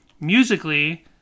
Musically